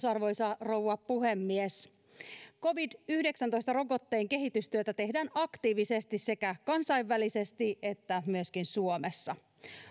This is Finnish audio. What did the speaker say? arvoisa rouva puhemies covid yhdeksäntoista rokotteen kehitystyötä tehdään aktiivisesti sekä kansainvälisesti että myöskin suomessa